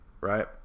right